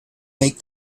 make